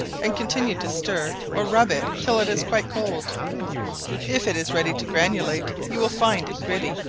and continue to stir or rub it till it is quite cold if it is ready to granulate, you will find it gritty,